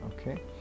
okay